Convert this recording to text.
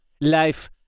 life